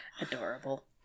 adorable